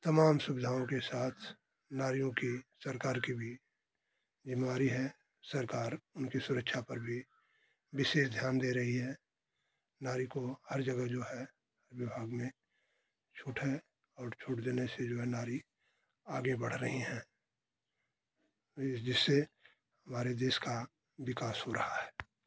तमाम सुविधाओं के साथ नारियों की सरकार के भी जिम्मेवारी है सरकार उनके सुरक्षा पर भी विशेष ध्यान दे रही हैं नारी को हर जगह जो है विभाग में छूट है और छूट देने से जो है नारी आगे बढ़ रही हैं इ जिससे हमारे देश का विकास हो रहा है